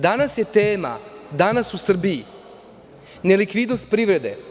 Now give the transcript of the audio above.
Danas je tema, danas u Srbiji, nelikvidnost privrede.